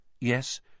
Yes